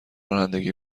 رانندگی